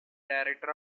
director